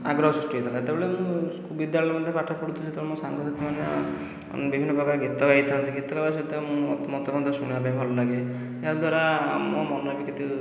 ଆଗ୍ରହ ସୃଷ୍ଟି ହୋଇଥିଲା ସେତେବେଳେ ମୁଁ ବିଦ୍ୟାଳୟରେ ମଧ୍ୟ ପାଠ ପଢ଼ୁଥିଲି ସେତେବେଳ ମୋ ସାଙ୍ଗ ସାଥିମାନେ ବିଭିନ୍ନ ପ୍ରକାର ଗୀତ ଗାଇଥାନ୍ତି ଗୀତ ଗାଇବା ସହିତ ମୁଁ ମୋତେ ମଧ୍ୟ ଶୁଣିବା ପାଇଁ ଭଲ ଲାଗେ ଏହାଦ୍ଵାରା ମୋ ମନ ବି କେତେ